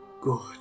good